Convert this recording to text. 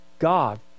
God